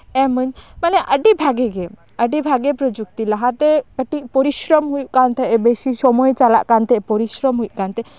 ᱮᱢᱟᱧ ᱢᱟᱱᱮ ᱟᱹᱰᱤ ᱵᱷᱟᱜᱮ ᱜᱮ ᱟᱹᱰᱤ ᱵᱷᱟᱜᱮ ᱯᱨᱚᱡᱩᱠᱛᱤ ᱞᱟᱦᱟᱛᱮ ᱠᱟᱹᱴᱤᱡ ᱯᱚᱨᱤᱥᱚᱨᱚᱢ ᱦᱩᱭᱩᱜ ᱠᱟᱱ ᱛᱟᱦᱮᱸᱜ ᱵᱮᱥᱤ ᱥᱚᱢᱚᱭ ᱪᱟᱞᱟᱜ ᱠᱟᱱ ᱛᱟᱦᱮᱸᱜ ᱯᱚᱨᱤᱥᱚᱨᱚᱢ ᱦᱩᱭᱩᱜ ᱠᱟᱱ ᱛᱟᱦᱮᱸᱜ